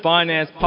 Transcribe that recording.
Finance